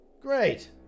Great